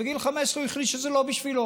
בגיל 15 הוא החליט שזה לא בשבילו.